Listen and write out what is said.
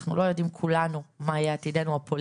שאנחנו כולנו לא יודעים מה יהיה עתידנו הפוליטי,